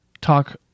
talk